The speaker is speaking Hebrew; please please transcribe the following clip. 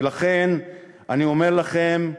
ולכן אני אומר לכם,